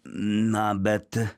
na bet